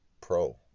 pro